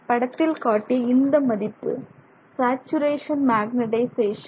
படத்தில் காட்டிய இந்த மதிப்பு சேச்சுரேஷன் மேக்னெட்டிசேசன்